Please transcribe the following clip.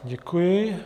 Děkuji.